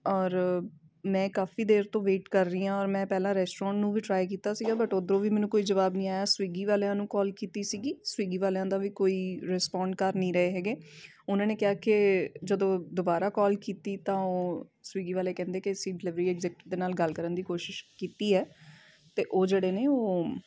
ਔਰ ਮੈਂ ਕਾਫ਼ੀ ਦੇਰ ਤੋਂ ਵੇਟ ਕਰ ਰਹੀ ਹਾਂ ਔਰ ਮੈਂ ਪਹਿਲਾਂ ਰੈਸਟੋਰੈਂਟ ਨੂੰ ਵੀ ਟਰਾਈ ਕੀਤਾ ਸੀਗਾ ਬਟ ਉੱਧਰੋਂ ਵੀ ਮੈਨੂੰ ਕੋਈ ਜਵਾਬ ਨਹੀਂ ਆਇਆ ਸਵਿਗੀ ਵਾਲਿਆਂ ਨੂੰ ਕੋਲ ਕੀਤੀ ਸੀਗੀ ਸਵਿਗੀ ਵਾਲਿਆਂ ਦਾ ਵੀ ਕੋਈ ਰਿਸਪੋਂਡ ਕਰ ਨਹੀਂ ਰਹੇ ਹੈਗੇ ਉਹਨਾਂ ਨੇ ਕਿਹਾ ਕਿ ਜਦੋਂ ਦੁਬਾਰਾ ਕੋਲ ਕੀਤੀ ਤਾਂ ਉਹ ਸਵਿਗੀ ਵਾਲੇ ਕਹਿੰਦੇ ਕਿ ਅਸੀਂ ਡਿਲੀਵਰੀ ਐਕਜੈਕਿਟਵ ਦੇ ਨਾਲ ਗੱਲ ਕਰਨ ਦੀ ਕੋਸ਼ਿਸ਼ ਕੀਤੀ ਹੈ ਅਤੇ ਉਹ ਜਿਹੜੇ ਨੇ ਉਹ